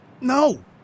no